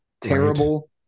terrible